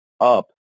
up